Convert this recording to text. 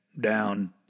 down